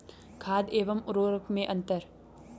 खाद एवं उर्वरक में अंतर?